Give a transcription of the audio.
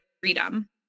freedom